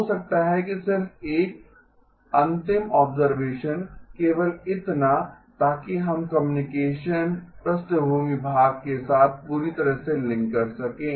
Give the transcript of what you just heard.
हो सकता है कि सिर्फ 1 अंतिम ऑब्सेर्वशन केवल इतना ताकि हम कम्युनिकेशन पृष्ठभूमि भाग के साथ पूरी तरह से लिंक कर सकें